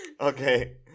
okay